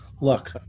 Look